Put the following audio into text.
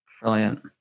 Brilliant